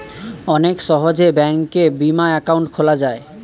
অনেক সহজে ব্যাঙ্কে বিমা একাউন্ট খোলা যায়